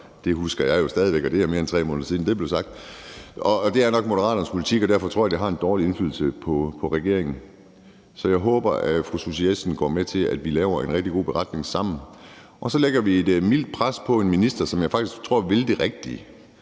Det husker jeg jo stadig væk, og det er mere end 3 måneder siden, det blev sagt. Det er nok Moderaternes politik, og derfor tror jeg, de har en dårlig indflydelse på regeringen. Så jeg håber, at fru Susie Jessen går med til, at vi laver en rigtig god beretning sammen, og så lægger vi et mildt pres på en minister, som jeg faktisk tror vil det rigtige.